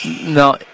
no